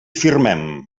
firmem